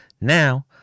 Now